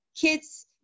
kids